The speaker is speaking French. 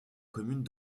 commune